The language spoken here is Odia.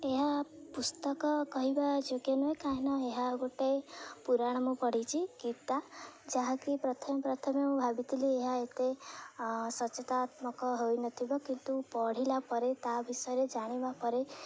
ଏହା ପୁସ୍ତକ କହିବା ଯୋଗ୍ୟ ନୁହେଁ କାହିଁନା ଏହା ଗୋଟେ ପୁରାଣ ମୁଁ ପଢ଼ିଛି ଗୀତା ଯାହାକି ପ୍ରଥମେ ପ୍ରଥମେ ମୁଁ ଭାବିଥିଲି ଏହା ଏତେ ସଚେତାତ୍ମକ ହୋଇନଥିବ କିନ୍ତୁ ପଢ଼ିଲା ପରେ ତା ବିଷୟରେ ଜାଣିବା ପରେ